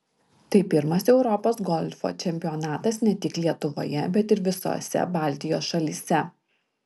tai pirmas europos golfo čempionatas ne tik lietuvoje bet ir visose baltijos šalyse